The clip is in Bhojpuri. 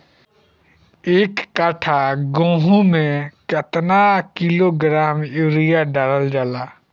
एक कट्टा गोहूँ में केतना किलोग्राम यूरिया डालल जाला?